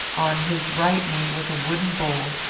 on his right knee was a wooden bowl,